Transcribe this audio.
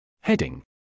Heading